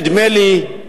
נדמה לי,